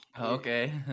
Okay